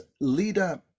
leader